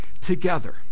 together